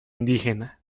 indígena